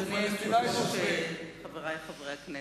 אדוני היושב-ראש, חברי חברי הכנסת,